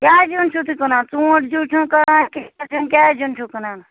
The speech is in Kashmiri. کیٛاہ زیُن چھِو تُہۍ کٕنان ژوٗنٛٹھۍ زیُن چھِو کٕنان کیٛاہ زیُن چھِو کٕنان